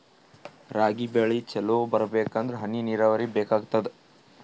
ರಾಗಿ ಬೆಳಿ ಚಲೋ ಬರಬೇಕಂದರ ಹನಿ ನೀರಾವರಿ ಬೇಕಾಗತದ?